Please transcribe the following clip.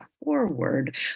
forward